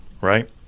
right